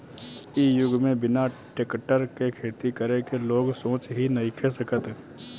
इ युग में बिना टेक्टर के खेती करे के लोग सोच ही नइखे सकत